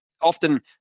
often